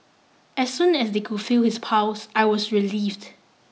as soon as they could feel his pulse I was relieved